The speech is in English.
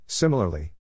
Similarly